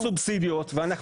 וסובסידיות.